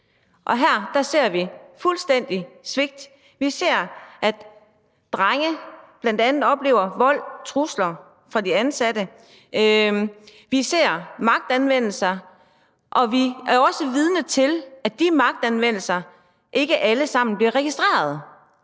og her ser vi et fuldstændigt svigt. Vi ser, at drenge bl.a. oplever vold og trusler fra de ansatte, vi ser magtanvendelser, og vi er også vidner til, at magtanvendelserne ikke alle sammen bliver registreret.